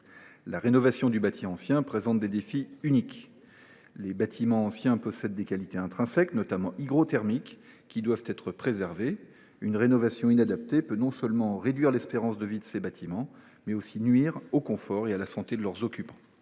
la rénovation du bâti ancien présente des défis uniques, car les qualités intrinsèques, notamment hygrothermiques, des bâtiments concernés doivent être préservées. Une rénovation inadaptée peut non seulement réduire l’espérance de vie de ces bâtiments, mais aussi nuire au confort et à la santé de leurs résidents.